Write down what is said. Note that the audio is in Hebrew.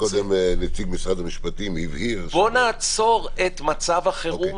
קודם נציג משרד המשפטים הבהיר --- בוא נעצור את מצב החירום